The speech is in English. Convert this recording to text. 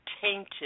tainted